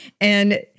And-